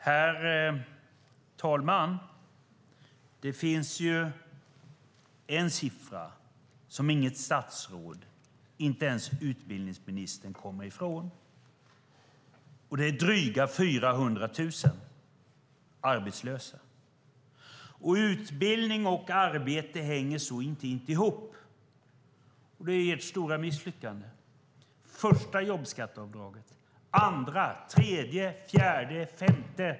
Herr talman! Det finns en siffra som inget statsråd och inte ens utbildningsministern kommer ifrån. Det är dryga 400 000 arbetslösa. Utbildning och arbete hänger intimt ihop. Det är ert stora misslyckande. Det var det första jobbskatteavdraget, det andra, det tredje, det fjärde och det femte.